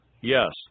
Yes